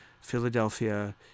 Philadelphia